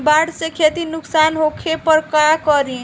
बाढ़ से खेती नुकसान होखे पर का करे?